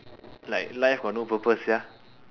like life got no purpose sia